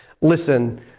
listen